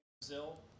Brazil